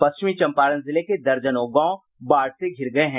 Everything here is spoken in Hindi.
पश्चिमी चंपारण जिले के दर्जनों गांव बाढ़ से धिर गये हैं